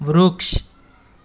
વૃક્ષ